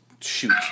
shoot